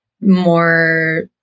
more